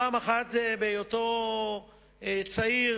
פעם אחת, בהיותו צעיר